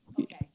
Okay